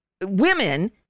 women